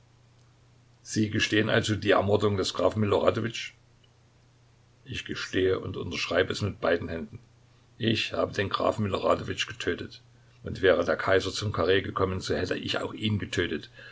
sie gestehen also die ermordung des grafen miloradowitsch ich gestehe und unterschreibe es mit beiden händen ich habe den grafen miloradowitsch getötet und wäre der kaiser zum karree gekommen so hätte ich auch ihn getötet